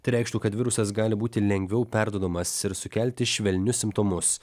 tai reikštų kad virusas gali būti lengviau perduodamas sukelti švelnius simptomus